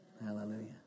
Hallelujah